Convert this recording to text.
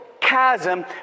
chasm